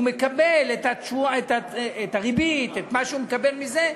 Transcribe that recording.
והוא מקבל את הריבית, את מה שהוא מקבל מזה,